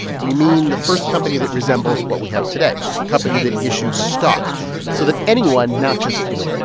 we mean the first company that resembles what we have today a company that issues stock so that anyone not just, you know,